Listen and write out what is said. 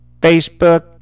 Facebook